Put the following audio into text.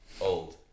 old